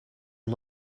are